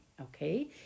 Okay